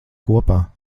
kopā